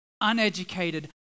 uneducated